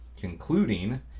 concluding